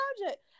project